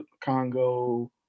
Congo